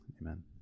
Amen